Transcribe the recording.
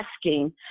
asking